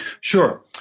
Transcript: Sure